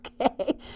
okay